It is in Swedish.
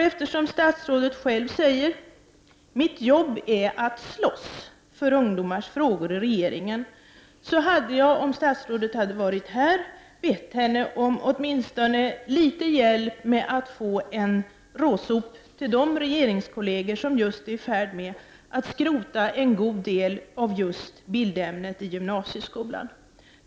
Eftersom statsrådet själv säger att ”mitt jobb är att slåss för ungdomars frågor i regeringen”, hade jag, om statsrådet varit här, bett henne om åtminstone litet hjälp med att få en råsop till de regeringskollegor som just är i färd med att skrota en god del av bildämnet i gymnasieskolan.